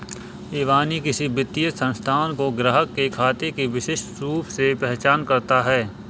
इबानी किसी वित्तीय संस्थान में ग्राहक के खाते की विशिष्ट रूप से पहचान करता है